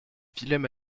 willem